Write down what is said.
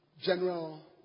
General